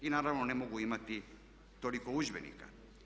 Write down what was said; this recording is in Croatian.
I naravno ne mogu imati toliko udžbenika.